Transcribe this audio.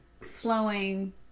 flowing